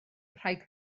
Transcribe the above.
rhaid